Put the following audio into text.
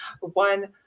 one